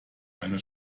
eine